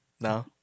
No